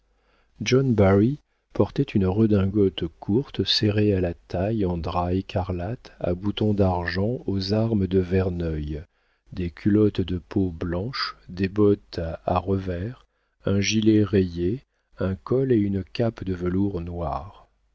john barry portait une redingote courte serrée à la taille de drap écarlate à boutons d'argent aux armes de verneuil des culottes de peau blanches des bottes à revers un gilet rayé un col et une cape de velours noir